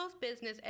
business